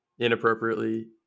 inappropriately